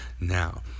Now